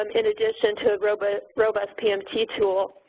um in addition to robust robust pmt tool,